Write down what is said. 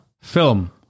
film